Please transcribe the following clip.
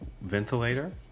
ventilator